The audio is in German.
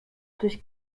durch